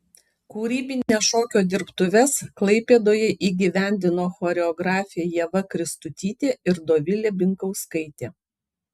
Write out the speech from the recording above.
kūrybines šokio dirbtuves klaipėdoje įgyvendino choreografė ieva kristutytė ir dovilė binkauskaitė